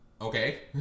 Okay